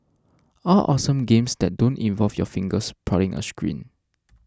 all awesome games that don't involve your fingers prodding a screen